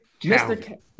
Mr